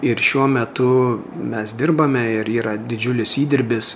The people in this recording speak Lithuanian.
ir šiuo metu mes dirbame ir yra didžiulis įdirbis